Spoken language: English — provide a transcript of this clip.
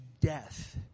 death